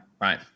right